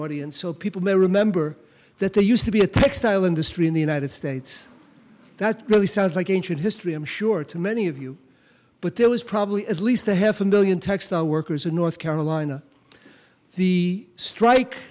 audience so people may remember that there used to be a textile industry in the united states that really sounds like ancient history i'm sure to many of you but there was probably at least a half a million textile workers in north carolina the strike